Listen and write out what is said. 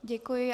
Děkuji.